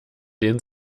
den